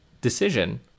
decision